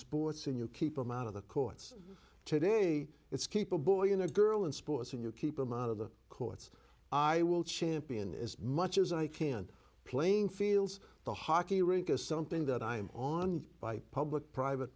sports and you keep them out of the courts today it's keep a boy or girl in sports and you keep them out of the courts i will champion is much as i can playing fields the hockey rink is something that i'm on by public private